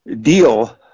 deal